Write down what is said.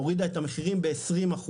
הורידה את המחירים ב-20%,